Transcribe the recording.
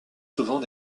souvent